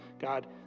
God